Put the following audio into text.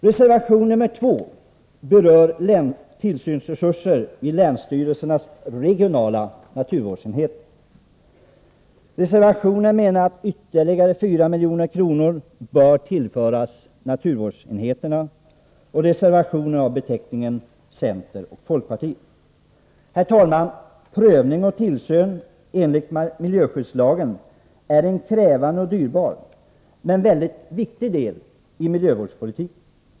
Reservation nr 2 berör tillsynsresurserna vid länsstyrelsernas regionala naturvårdsenheter. Enligt reservationen bör ytterligare 4 milj.kr. tillföras naturvårdsenheterna. Reservationen har framställts av ledamöter från centern och folkpartiet. Herr talman! Prövning och tillsyn enligt miljöskyddslagen utgör en krävande och dyrbar men även väldigt viktig del av miljövårdspolitiken.